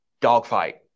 dogfight